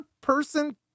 person